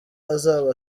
azaba